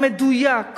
המדויק,